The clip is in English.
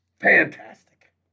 fantastic